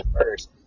first